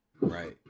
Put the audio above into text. right